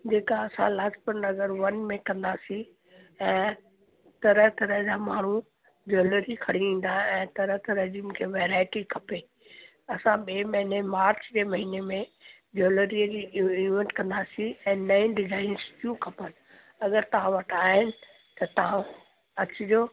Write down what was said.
जेका असां लाजपत नगर वन में कंदासीं ऐं तरह तरह जा माण्हू ज्वैलरी खणी ईंदा ऐं तरह तरह जी मूंखे वैरायटी खपे असां ॿिए महीने मार्च जे महीने में ज्वैलरीअ जी इवेंट कंदासीं ऐं नएं डिजाइन्स जूं खपनि अगरि तव्हां वटि आहे त तव्हां अचिजो